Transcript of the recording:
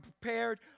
prepared